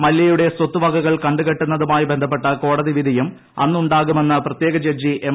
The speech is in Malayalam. മല്യയുടെ സ്വത്തുവകകൾ കണ്ടുകെട്ടുന്നതുമായി ബന്ധപ്പെട്ട കോടതി വിധിയും അന്നുണ്ടാകുമെന്ന് പ്രത്യേക ജഡ്ജി എം